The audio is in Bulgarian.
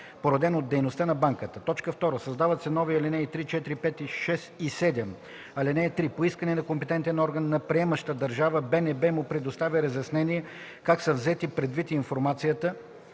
породен от дейността на банката”. 2. Създават се нови ал. 3, 4, 5, 6 и 7: „(3) По искане на компетентен орган на приемаща държава БНБ му предоставя разяснения как са взети предвид информацията